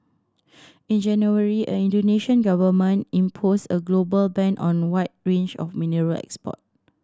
in January a Indonesian Government imposed a global ban on a wide range of mineral export